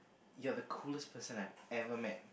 you're the coolest person I've every met